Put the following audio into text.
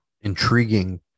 Intriguing